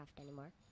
anymore